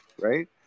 right